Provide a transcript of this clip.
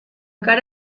cara